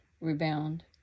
rebound